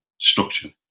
structure